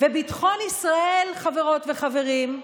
וביטחון ישראל, חברות וחברים,